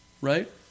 Right